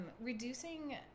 reducing